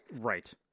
Right